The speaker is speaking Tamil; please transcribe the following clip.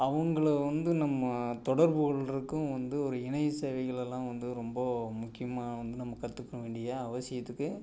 அவங்கள வந்து நம்ம தொடர்பு கொள்றதுக்கும் வந்து ஒரு இணைய சேவைகளெல்லாம் வந்து ரொம்ப முக்கியமாக வந்து நம்ம கற்றுக்க வேண்டிய அவசியத்துக்கு